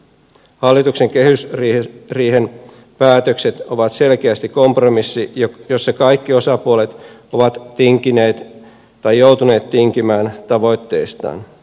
hallituksen kehysriihen päätökset ovat selkeästi kompromissi jossa kaikki osapuolet ovat joutuneet tinkimään tavoitteistaan